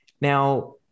Now